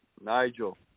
Nigel